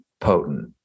potent